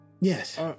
yes